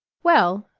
well,